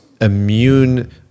immune